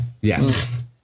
Yes